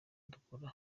dukura